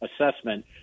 assessment